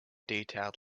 detailed